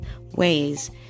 ways